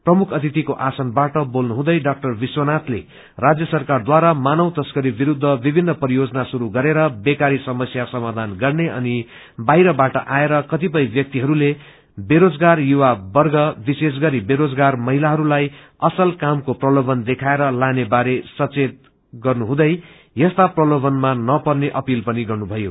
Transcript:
प्रमुख अतिथिको आसनबाट बोल्नुहुँदै डाक्टर विश्वनाथले भन्नुभयो राज्य सरकारद्वारा मानव तस्करी विरूद्ध विभिन्न परियोजना श्रुरू गरेर बेकारी समस्या समाधान गर्ने अनि बाहिरबाट आएर कतिपय व्यक्तिहरूले बेरोजगार युवावर्ग विश्रेष गरि बेरोजगार महिलाहरूलाई असल कायको प्रलोभन देखाएर लाने बारे सचेत गर्नुहुँदै यस्ता प्रलोभनमा नपर्ने अपिल गर्नुथयो